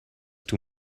too